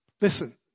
Listen